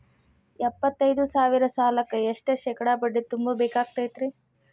ಎಪ್ಪತ್ತೈದು ಸಾವಿರ ಸಾಲಕ್ಕ ಎಷ್ಟ ಶೇಕಡಾ ಬಡ್ಡಿ ತುಂಬ ಬೇಕಾಕ್ತೈತ್ರಿ?